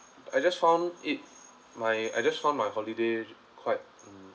I just found it my I just found my holiday quite mm